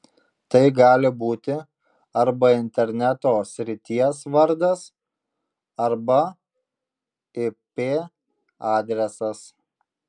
tai gali būti arba interneto srities vardas arba ip adresas